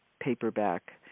paperback